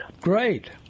Great